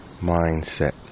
mindset